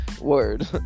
Word